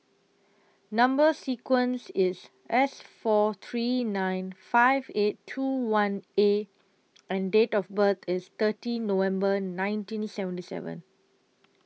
Number sequence IS S four three nine five eight two one A and Date of birth IS thirty November nineteen seventy seven